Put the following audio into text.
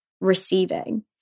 receiving